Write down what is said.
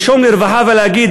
לנשום לרווחה ולהגיד,